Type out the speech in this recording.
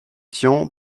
tian